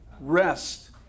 Rest